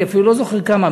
אני אפילו לא זוכר כמה,